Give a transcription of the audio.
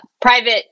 private